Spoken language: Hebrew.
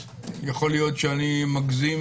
האם אני מגזים